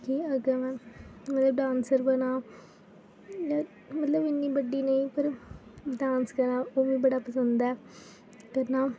कि अग्गें में मतलब डांसर बनांऽ मतलब इ'न्नी बड्डी नेईं पर डांस करांऽ ओह् मिगी बड़ा पसंद ऐ करना